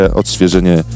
odświeżenie